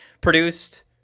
produced